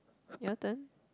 your turn